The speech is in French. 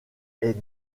est